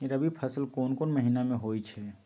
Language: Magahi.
रबी फसल कोंन कोंन महिना में होइ छइ?